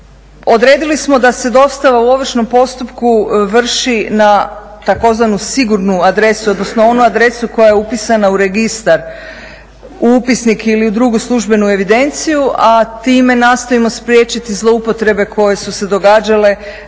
Odredili smo da se dostava u ovršnom postupku vrši na tzv. sigurnu adresu, odnosno onu adresu koja je upisana u registar, u upisnik ili u drugu službenu evidenciju, a time nastojimo spriječiti zloupotrebe koje su se događale